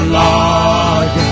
log